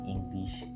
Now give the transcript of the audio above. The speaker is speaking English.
English